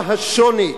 מה השוני?